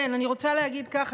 תמיד זה טוב.